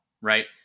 Right